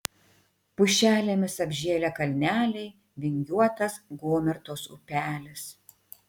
pušelėmis apžėlę kalneliai vingiuotas gomertos upelis